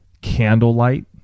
candlelight